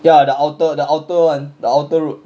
ya the outer the outer one the outer road